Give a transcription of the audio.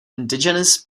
indigenous